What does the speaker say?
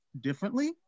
differently